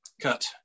Cut